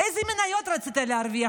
איזה מניות רצית להרוויח?